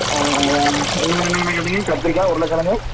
ஆ அவ்வளோ தான் இன்னும் என்னங்கண்ணா கேட்டீங்க கத்திரிக்காய் உருளைக்கெழங்கு